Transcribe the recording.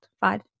Five